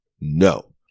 No